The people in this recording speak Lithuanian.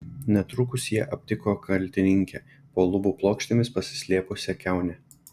netrukus jie aptiko kaltininkę po lubų plokštėmis pasislėpusią kiaunę